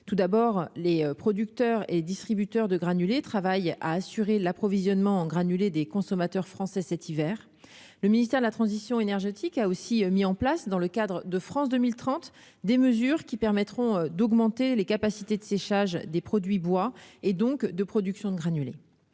tout d'abord, les producteurs et distributeurs de granulés travaillent à assurer l'approvisionnement en granulé des consommateurs français, cet hiver, le ministère de la transition énergétique a aussi mis en place dans le cadre de France 2030, des mesures qui permettront d'augmenter les capacités de séchage des produits bois et donc de production de granulés,